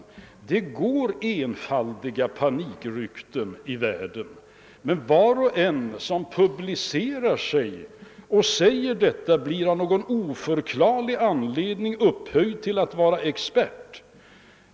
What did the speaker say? Ja, det cirkulerar enfaldiga panikrykten i världen, och var och en som publicerar dessa blir av någon oförklarlig anledning upphöjd till expert.